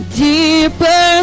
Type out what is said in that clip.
deeper